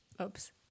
Oops